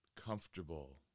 comfortable